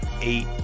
eight